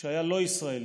שהיה לא ישראלי,